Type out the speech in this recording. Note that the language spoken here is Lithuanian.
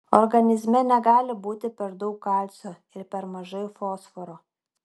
organizme negali būti per daug kalcio ir per mažai fosforo